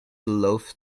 loaf